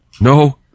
no